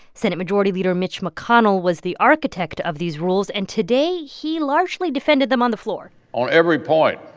senate majority leader mitch mcconnell was the architect of these rules, and today, he largely defended them on the floor on every point,